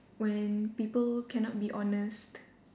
when people cannot be honest